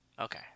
Okay